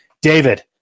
david